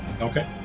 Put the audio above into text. Okay